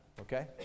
Okay